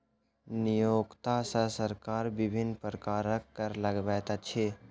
नियोक्ता पर सरकार विभिन्न प्रकारक कर लगबैत अछि